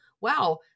wow